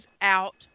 out